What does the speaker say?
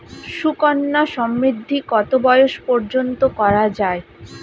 সুকন্যা সমৃদ্ধী কত বয়স পর্যন্ত করা যায়?